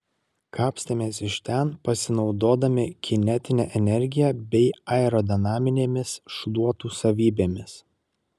kapstėmės iš ten pasinaudodami kinetine energija bei aerodinaminėmis šluotų savybėmis